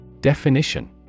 Definition